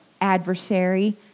adversary